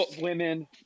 women